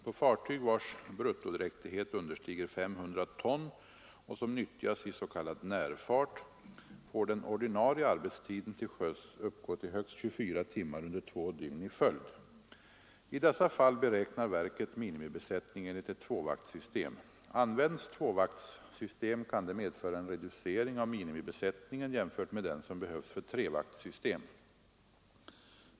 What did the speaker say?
På fartyg, vars bruttodräktighet understiger 500 ton och som nyttjas i s.k. närfart, får den ordinarie arbetstiden till sjöss uppgå till högst 24 timmar under två dygn i följd. I dessa fall beräknar verket minimibesättning enligt ett tvåvaktssystem. Används tvåvaktssystem kan det medföra en reducering av minimibesättningen jämfört med den som behövs för trevaktssystem.